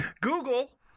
google